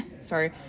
Sorry